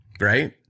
Right